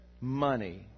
money